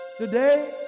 Today